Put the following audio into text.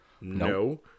No